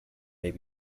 may